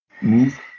move